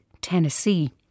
Tennessee